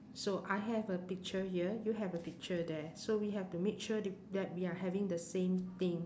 so I have a picture here you have a picture there so we have to make sure th~ that we are having the same thing